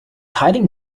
hiding